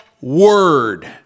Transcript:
word